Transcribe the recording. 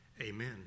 Amen